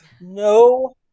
No